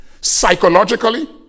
psychologically